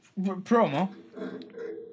Promo